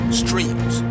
streams